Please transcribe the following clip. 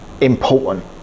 important